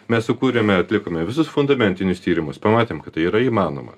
mes sukūrėme atlikome visus fundamentinius tyrimus pamatėm kad tai yra įmanoma